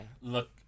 Look